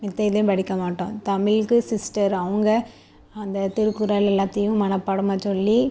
மத்த எதையும் படிக்க மாட்டோம் தமிழுக்கு சிஸ்டர் அவங்க அந்த திருக்குறள் எல்லாத்தேயும் மனப்பாடமாக சொல்லி